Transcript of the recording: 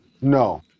No